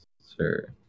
sir